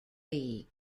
league